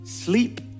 Sleep